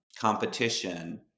competition